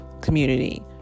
community